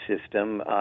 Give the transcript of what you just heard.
system